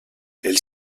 elle